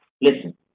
Listen